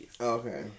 Okay